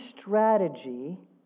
strategy